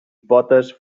potes